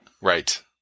Right